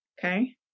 okay